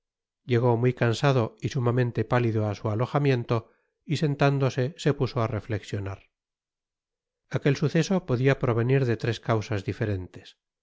llegó muy cansado y sumamente pálido á su alojamiento y sentándose se puso á reflexionar aquel suceso podia provenir de tres causas diferentes